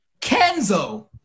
Kenzo